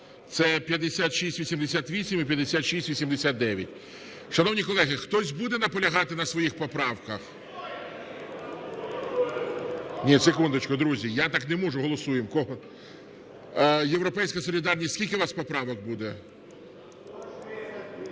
це 5688 і 5689. Шановні колеги, хтось буде наполягати на своїх поправках? (Шум у залі) Ні, секундочку, друзі, я так не можу. Голосуємо. "Європейська солідарність", скільки у вас поправок буде? 14